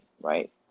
right